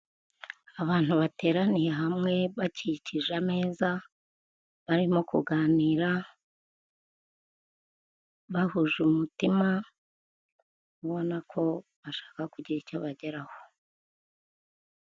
Abantu bateraniye hamwe, bakikije ameza, barimo kuganira, bahuje umutima, ubona ko bashaka kugira icyo bageraho.